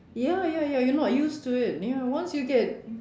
ya ya ya you're not used to it ya once you get